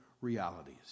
realities